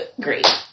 great